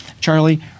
Charlie